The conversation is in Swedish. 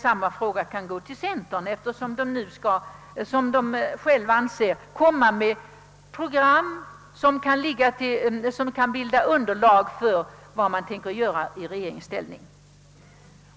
Samma fråga kan ställas till centerpartiet, eftersom dessa partier, som de själva anser, nu skall utarbeta ett program som kan bilda underlag för vad de tänker göra i regeringsställning.